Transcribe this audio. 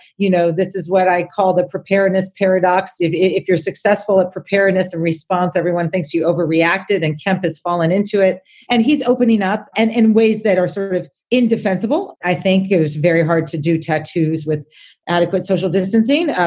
you know, this is what i call the preparedness paradox. if if you're successful at preparedness response, everyone thinks you overreacted and kemp has fallen into it and he's opening up. and in ways that are sort of indefensible, i think is very hard to do. tattoo's with adequate social distancing, ah